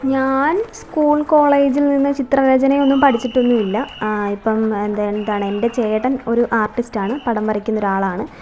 ഞാൻ സ്കൂൾ കോളേജിൽ നിന്ന് ചിത്രരചനയൊന്നും പഠിച്ചിട്ടൊന്നുമില്ല ഇപ്പോള് എന്താണ് എന്റെ ചേട്ടൻ ഒരു ആർട്ടിസ്റ്റാണ് പടം വരയ്ക്കുന്നൊരാളാണ്